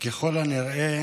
ככל הנראה